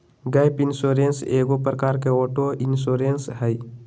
gap insurance एगो प्रकार के ऑटो इंश्योरेंस हइ